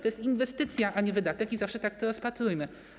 To jest inwestycja, a nie wydatek, i zawsze tak to rozpatrujmy.